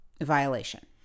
violation